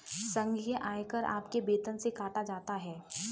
संघीय आयकर आपके वेतन से काटा जाता हैं